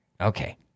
Okay